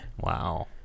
Wow